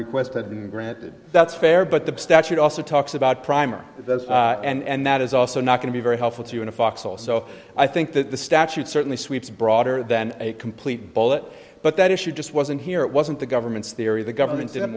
request had been granted that's fair but the statute also talks about primer and that is also not going to be very helpful to you in a foxhole so i think that the statute certainly sweeps broader than a complete bullet but that issue just wasn't here it wasn't the government's theory the government didn't